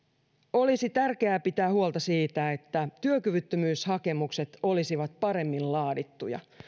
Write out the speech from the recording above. olisi tärkeää pitää huolta siitä että työkyvyttömyyshakemukset olisivat paremmin laadittuja